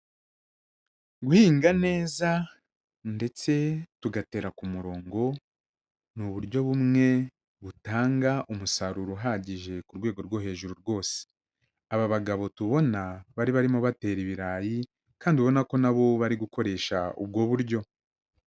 Guhinga neza ndetse tugatera ku murongo ni uburyo bumwe butanga umusaruro uhagije ku rwego rwo hejuru rwose, aba bagabo tubona bari barimo batera ibirayi kandi ubona ko na bo bari gukoresha ubwo buryo.